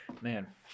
Man